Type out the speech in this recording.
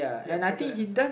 ya put your hands up